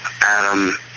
Adam